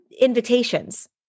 invitations